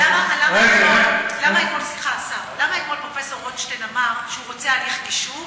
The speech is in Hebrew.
למה אתמול פרופסור רוטשטיין אמר שהוא רוצה הליך גישור,